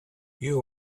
you